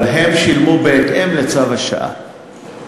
אבל הם שילמו בהתאם לצו השעה,